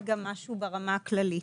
אני רוצה לומר משהו ברמה הכללית.